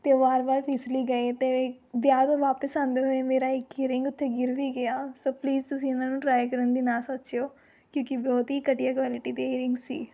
ਅਤੇ ਵਾਰ ਵਾਰ ਫ਼ਿਸਲੀ ਗਏ ਅਤੇ ਵਿਆਹ ਤੋਂ ਵਾਪਸ ਆਉਂਦੇ ਹੋਏ ਮੇਰਾ ਇੱਕ ਈਅਰਿੰਗ ਉੱਥੇ ਗਿਰ ਵੀ ਗਿਆ ਸੋ ਪਲੀਜ਼ ਤੁਸੀਂ ਇਨ੍ਹਾਂ ਨੂੰ ਟਰਾਏ ਕਰਨ ਦੀ ਨਾ ਸੋਚੀਉ ਕਿਉਂਕਿ ਬਹੁਤ ਹੀ ਘਟੀਆ ਕੁਆਲਿਟੀ ਦੇ ਈਅਰਿੰਗਸ ਸੀ